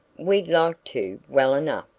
we'd like to well enough,